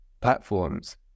platforms